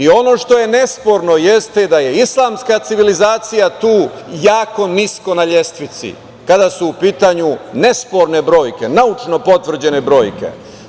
Ono što je nesporno, jeste da je islamska civilizacija tu jako nisko na lestvici kada su u pitanju nesporne brojke, naučno potvrđene brojke.